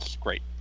Great